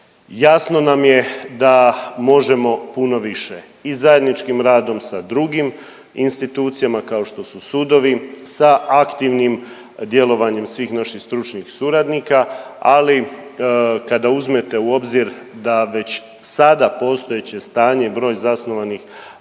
Jasno nam je da možemo puno više i zajedničkim radom sa drugim institucijama, kao što su sudovi, sa aktivnim djelovanjem svih naših stručnih suradnika, ali kada uzmete u obzir da već sada postojeće stanje i broj zasnovanih